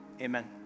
Amen